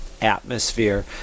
atmosphere